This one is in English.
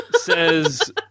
says